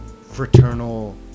fraternal